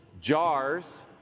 jars